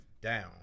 down